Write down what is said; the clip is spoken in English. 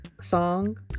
song